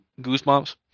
goosebumps